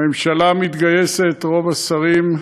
הממשלה מתגייסת, רוב השרים,